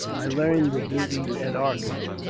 i learned the duties at arcot.